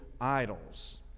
idols